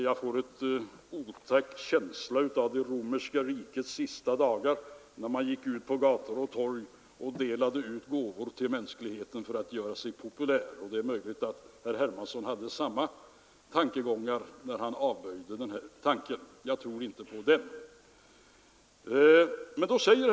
Jag får en otäck känsla av det romerska rikets sista dagar, där man på gator och torg delade ut gåvor till allmänheten för att göra sig populär. Det är möjligt att herr Hermansson hade samma känsla när han avböjde denna tankegång. Inte heller jag tror på den.